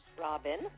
Robin